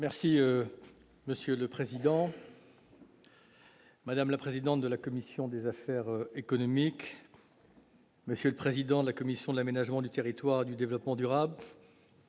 Monsieur le président, madame la présidente de la commission des affaires économiques, monsieur le président de la commission de l'aménagement du territoire et du développement durable,